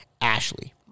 Ashley